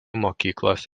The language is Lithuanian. mokyklos